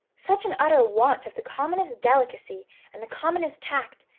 such an utter want of the commonest delicacy and the commonest tact,